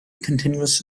continuous